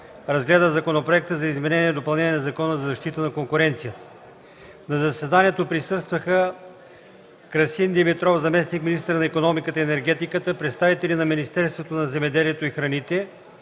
разгледа Законопроекта за изменение и допълнение на Закона за защита на конкуренцията. На заседанието присъстваха Красин Димитров – заместник-министър на икономиката и енергетиката, представители на Министерството на земеделието и храните,